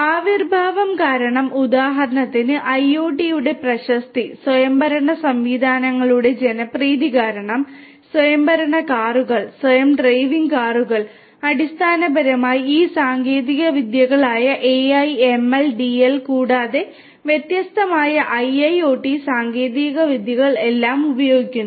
ആവിർഭാവം കാരണം ഉദാഹരണത്തിന് IoT യുടെ പ്രശസ്തി സ്വയംഭരണ സംവിധാനങ്ങളുടെ ജനപ്രീതി കാരണം സ്വയംഭരണ കാറുകൾ സ്വയം ഡ്രൈവിംഗ് കാറുകൾ അടിസ്ഥാനപരമായി ഈ സാങ്കേതികവിദ്യകളായ AI ML DL കൂടാതെ വ്യത്യസ്തമായ IIoT സാങ്കേതികവിദ്യകൾ എല്ലാം ഉപയോഗിക്കുന്നു